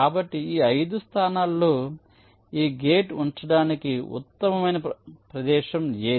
కాబట్టి ఈ 5 స్థానాల్లో ఈ గేట్ ఉంచడానికి ఉత్తమమైన ప్రదేశం ఏది